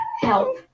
help